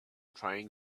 trying